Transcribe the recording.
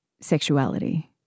sexuality